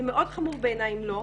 זה מאוד חמור בעיניי אם לא.